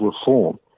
reform